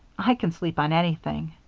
i can sleep on anything.